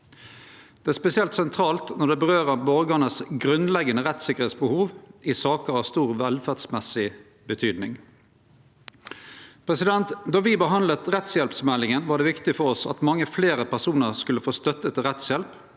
Det er spesielt sentralt når det rører ved borgaranes grunnleggjande rettstryggleiksbehov i saker av stor velferdsmessig betydning. Då me behandla rettshjelpsmeldinga, var det viktig for oss at mange fleire personar skulle få støtte til rettshjelp,